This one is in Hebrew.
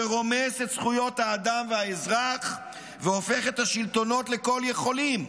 הרומס את זכויות האדם והאזרח והופך את השלטונות לכל-יכולים.